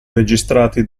registrati